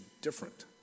different